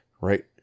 right